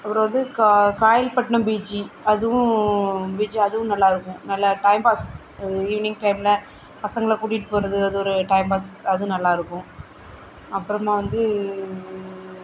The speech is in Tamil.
அப்பறம் வந்து கா காயில்பட்டினம் பீச்சு அதுவும் பீச்சு அதுவும் நல்லாயிருக்கும் நல்லா டைம் பாஸ் அது ஈவினிங் டைமில் பசங்களை கூட்டிகிட்டு போகிறது அது ஒரு டைம் பாஸ் அதுவும் நல்லாயிருக்கும் அப்புறமா வந்து